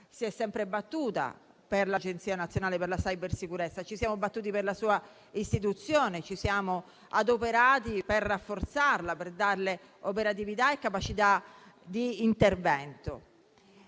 si è sempre battuta per l'Agenzia nazionale per la cybersicurezza. Ci siamo battuti per la sua istituzione, ci siamo adoperati per rafforzarla, darle operatività e capacità di intervento.